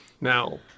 Now